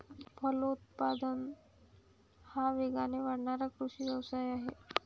फलोत्पादन हा वेगाने वाढणारा कृषी व्यवसाय आहे